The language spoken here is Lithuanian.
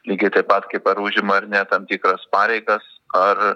lygiai taip pat kaip ar užima ar ne tam tikras pareigas ar